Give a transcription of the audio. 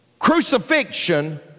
Crucifixion